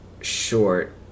short